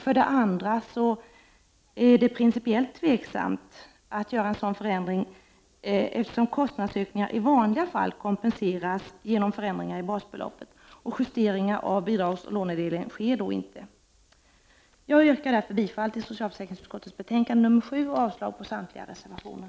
För det andra är det principiellt tvivelaktigt att göra en sådan förändring, eftersom kostnadsökningar i vanliga fall kompenseras genom förändringar i basbeloppet. Justeringar av bidragsoch lånedelen sker då inte. Jag yrkar bifall till socialförsäkringsutskottets hemställan i betänkande 7 och avslag på samtliga reservationer.